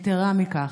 יתרה מזו,